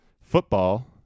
football